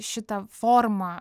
šita forma